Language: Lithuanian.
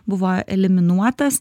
buvo eliminuotas